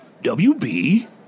WB